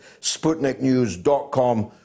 SputnikNews.com